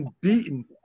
beaten